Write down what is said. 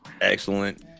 excellent